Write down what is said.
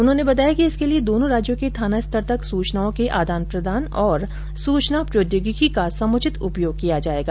उन्होने बताया कि इसके लिए दोनों राज्यों के थाना स्तर तक सूचनाओं के आदान प्रदान और सूचना प्रोद्योगिकी का समुचित उपयोग किया जाएगा